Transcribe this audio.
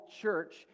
church